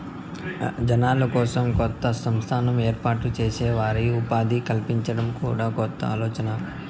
జనాల కోసం కొత్త సంస్థను ఏర్పాటు చేసి వారికి ఉపాధి కల్పించడం కూడా కొత్త ఆలోచనే